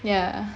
ya